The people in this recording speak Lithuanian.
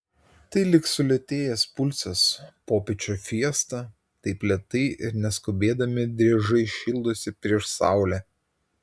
tai lyg sulėtėjęs pulsas popiečio fiesta taip lėtai ir neskubėdami driežai šildosi prieš saulę